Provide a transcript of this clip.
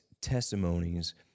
testimonies